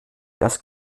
das